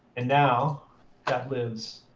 and now that lives